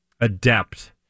adept